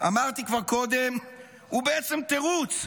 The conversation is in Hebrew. אמרתי כבר קודם, הוא בעצם תירוץ,